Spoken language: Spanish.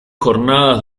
jornadas